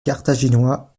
carthaginois